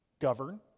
Govern